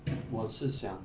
我是想